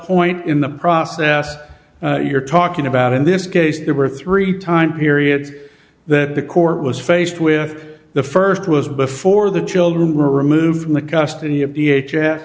point in the process you're talking about in this case there were three time periods that the court was faced with the first was before the children were removed from the custody of v